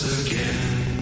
again